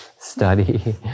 study